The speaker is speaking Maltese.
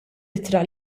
ittra